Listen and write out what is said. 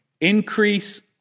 increase